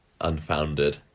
unfounded